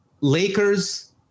Lakers